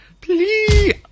Please